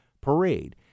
parade